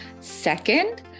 Second